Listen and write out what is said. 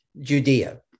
Judea